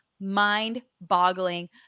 mind-boggling